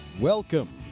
Welcome